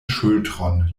ŝultron